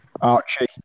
Archie